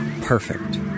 perfect